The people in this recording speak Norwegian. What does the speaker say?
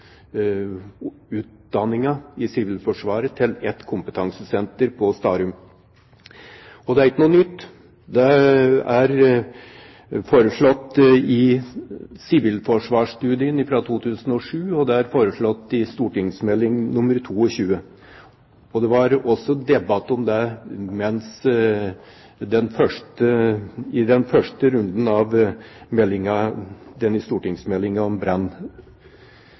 utdanningen i Sivilforsvaret i et kompetansesenter på Starum. Det er ikke noe nytt. Det er foreslått i Sivilforsvarsstudien 2007, og det er foreslått i St.meld. nr. 22 for 2007–2008. Det var også debatt om det i den første runden, i forbindelse med denne stortingsmeldingen om brann. Flertallet av